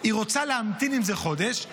היא רוצה להמתין עם זה חודש,